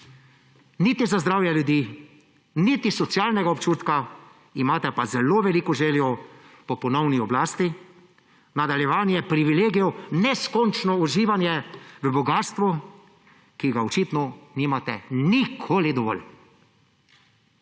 niti za zdravje ljudi, niti socialnega občutka, imate pa zelo veliko željo po ponovni oblasti, nadaljevanju privilegijev, neskončnemu uživanju v bogastvu, ki ga očitno nimate nikoli dovolj.